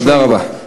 תודה רבה.